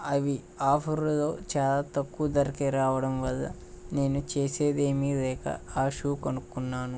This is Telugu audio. అవి ఆఫర్లో చాలా తక్కువ ధరకే రావడం వల్ల నేను చేసేది ఏమి లేక ఆ షూ కొనుక్కున్నాను